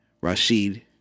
Rashid